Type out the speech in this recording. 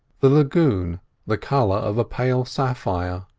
the lagoon the colour of a pale sapphire,